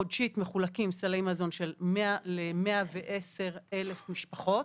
חודשית מחולקים סלי מזון ל-110,000 משפחות.